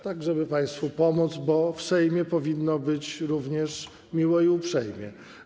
To tak, żeby państwu pomóc, bo w Sejmie powinno być również miło i uprzejmie.